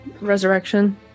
resurrection